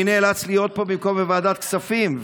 אני נאלץ להיות פה במקום בוועדת הכספים,